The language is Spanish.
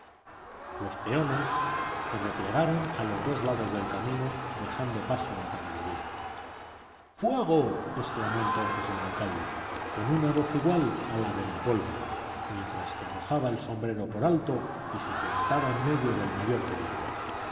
los peones se replegaron a los dos lados del camino dejando paso a la caballería fuego exclamó entonces el alcalde con una voz igual a la de la pólvora mientras que arrojaba el sombrero por alto y se plantaba en medio del mayor peligro